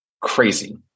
crazy